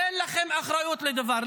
אין לכם אחריות לדבר.